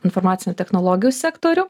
informacinių technologijų sektorių